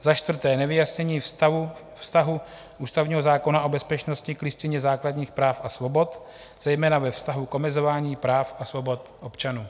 Za čtvrté nevyjasnění vztahu ústavního zákona o bezpečnosti k Listině základních práv a svobod, zejména ve vztahu k omezování práv a svobod občanů.